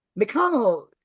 McConnell